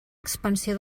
expansió